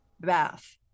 bath